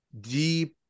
deep